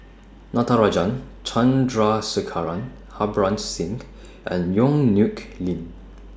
Natarajan Chandrasekaran Harbans Singh and Yong Nyuk Lin